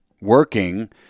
working